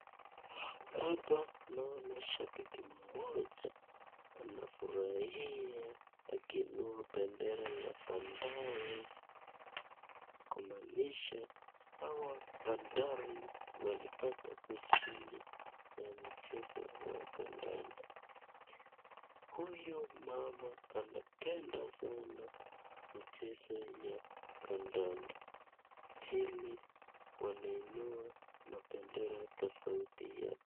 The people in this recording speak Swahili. Hapa inaonyesha shabiki mmoja anafurahia akiinua pendera ya Bandari kumaanisha hawa Bandari walipata ushindi ya michezo ya kandanda. Huyu mama anapenda sana michezo ya kandanda hili wanainua mapendera tofauti yao.